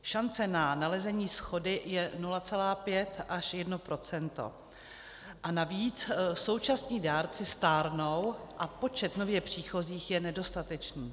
Šance na nalezení shody je 0,5 až 1 % a navíc současní dárci stárnou a počet nově příchozích je nedostatečný.